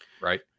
Right